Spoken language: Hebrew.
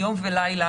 יום ולילה.